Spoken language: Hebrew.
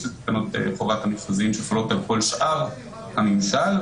שהן תקנות חובת המכרזים שחלות על השאר הממשל,